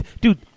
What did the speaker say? Dude